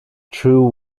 true